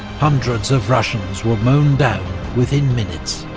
hundreds of russians were mown down within minutes.